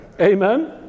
Amen